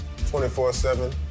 24-7